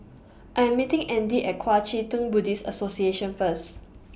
I Am meeting Andy At Kuang Chee Tng Buddhist Association First